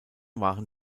waren